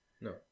No